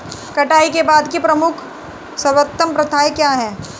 कटाई के बाद की कुछ प्रमुख सर्वोत्तम प्रथाएं क्या हैं?